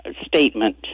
statement